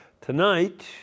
Tonight